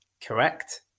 correct